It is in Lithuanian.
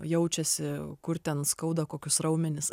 jaučiasi kur ten skauda kokius raumenis